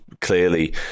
clearly